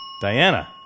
Diana